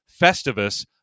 Festivus